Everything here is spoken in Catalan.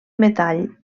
metall